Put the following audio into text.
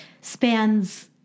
spans